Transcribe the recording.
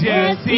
Yes